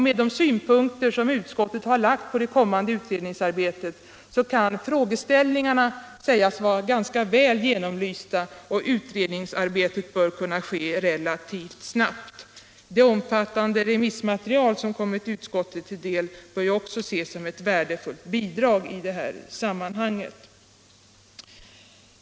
Med de synpunkter som utskottet har lagt på det kommande utredningsarbetet kan frågeställningarna sägas vara ganska väl genomlysta, och utredningsarbetet bör kunna ske relativt snabbt. Det omfattande remissmaterial som kommit utskottet till del bör också ses som ett värdefullt bidrag i det här sammanhanget.